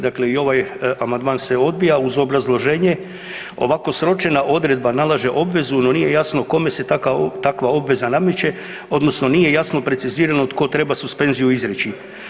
Dakle, i ovaj amandman se odbija uz obrazloženje, ovako sročena odredba nalaže obvezu no nije jasno kome se takva obveza nameće odnosno nije jasno precizirano tko treba suspenziju izreći.